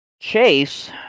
Chase